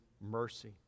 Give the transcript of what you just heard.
mercy